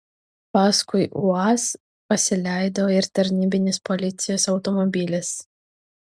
paskui uaz pasileido ir tarnybinis policijos automobilis